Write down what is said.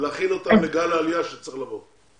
ולהכין אותם לגל העלייה שצריך לבוא?